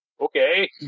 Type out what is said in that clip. okay